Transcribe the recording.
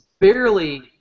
barely